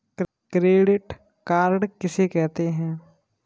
Credit card किसे कहते हैं?